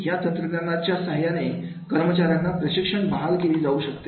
या तंत्रज्ञानाच्या सायने कर्मचाऱ्यांना प्रशिक्षण बहाल केली जाऊ शकते